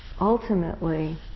ultimately